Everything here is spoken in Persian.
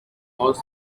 خاص